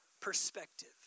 perspective